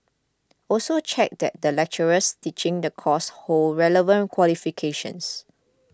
also check that the lecturers teaching the course hold relevant qualifications